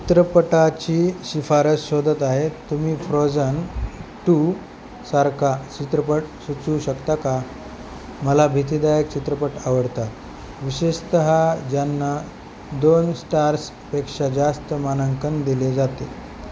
चित्रपटाची शिफारस शोधत आहे तुम्ही फ्रोझन टू सारखा चित्रपट सुचवू शकता का मला भीतीदायक चित्रपट आवडतात विशेषतः ज्यांना दोन स्टार्सपेक्षा जास्त मानांकन दिले जाते